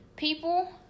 People